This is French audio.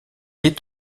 est